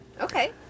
Okay